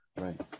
Right